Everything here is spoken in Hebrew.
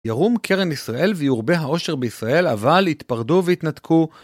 ירום קרן ישראל ויורבה העושר בישראל, אבל התפרדו והתנתקו.